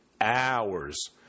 hours